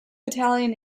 italian